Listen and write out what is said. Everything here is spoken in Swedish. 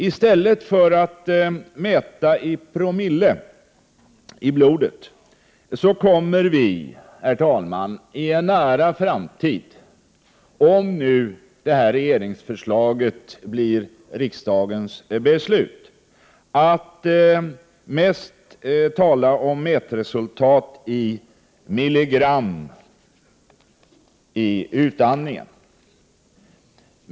I stället för att mäta i promille i blodet kommer vi, herr talman, i en nära framtid — om nu regeringsförslaget blir riksdagens beslut — att mest tala om mätresultat i milligram vid utandning.